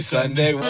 Sunday